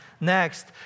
next